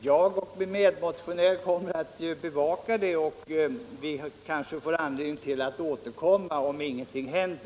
Jag och min medmotionär kommer givetvis att bevaka den, och vi får kanske anledning att återkomma i ärendet, om ingenting händer.